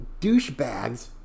douchebags